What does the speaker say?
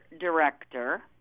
director